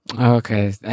okay